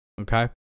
okay